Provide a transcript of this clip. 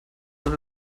dass